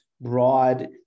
broad